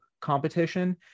competition